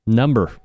number